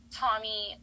tommy